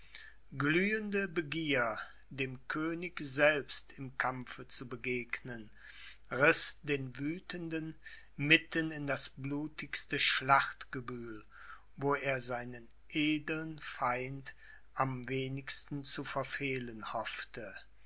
glühende begier dem könig selbst im kampfe zu begegnen riß den wüthenden mitten in das blutigste schlachtgewühl wo er seinen edeln feind am wenigsten zu verfehlen hoffte